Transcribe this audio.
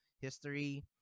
history